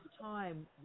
time